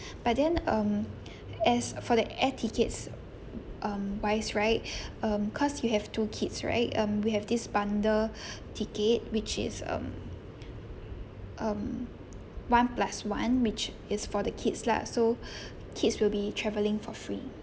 but then um as for the air tickets um wise right um cause you have two kids right um we have this bundle ticket which is um um one plus one which is for the kids lah so kids will be travelling for free